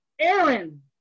Aaron